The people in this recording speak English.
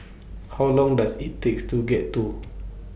How Long Does IT takes to get to